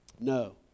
No